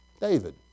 David